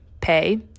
pay